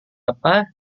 apa